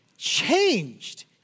changed